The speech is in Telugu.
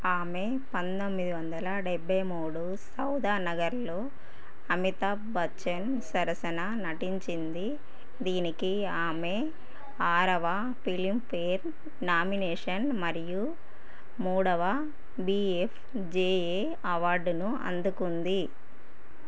ఆమె పందొమ్మిది వందల డెబ్భై మూడు సౌదానగర్లో అమితాబ్ బచ్చన్ సరసన నటించింది దీనికి ఆమె ఆరవ ఫిలింఫేర్ నామినేషన్ మరియు మూడవ బీఎఫ్జేఏ అవార్డును అందుకుంది